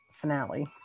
finale